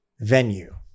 venue